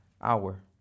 hour